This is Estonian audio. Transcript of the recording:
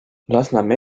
lasnamäe